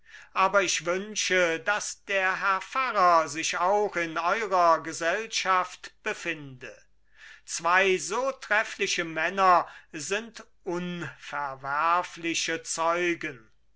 aber ich wünsche daß der herr pfarrer sich auch in eurer gesellschaft befinde zwei so treffliche männer sind unverwerfliche zeugen